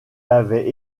avaient